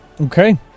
Okay